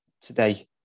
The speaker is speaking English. today